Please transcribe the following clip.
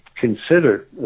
consider